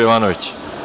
Jovanović.